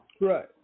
Right